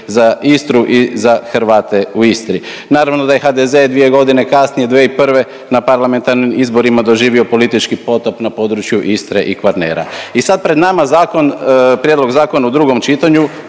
za Istru i za Hrvate u Istri. Naravno da je HDZ 2.g. kasnije 2001. na parlamentarnim izborima doživio politički potop na području Istre i Kvarnera. I sad je pred nama zakon, prijedlog zakona u drugom čitanju